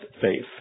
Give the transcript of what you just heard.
faith